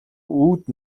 үүд